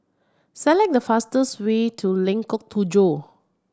select the fastest way to Lengkok Tujoh